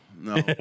no